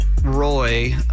roy